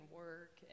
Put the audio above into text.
work